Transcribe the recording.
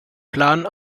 plan